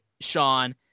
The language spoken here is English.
Sean